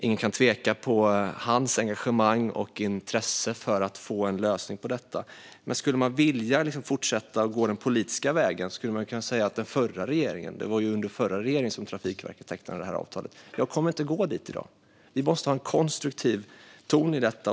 Ingen kan tveka om hans engagemang och intresse för att få fram en lösning. Om man vill fortsätta att gå den politiska vägen kan man framhålla att Trafikverket undertecknade avtalet under den förra regeringen. Jag kommer inte att gå dit i dag. Vi måste ha en konstruktiv ton i detta.